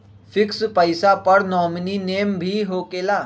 Fix पईसा पर nominee name भी होकेला?